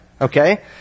okay